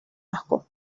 asco